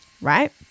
right